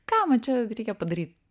ką man čia reikia padary